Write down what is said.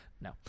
No